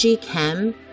Chem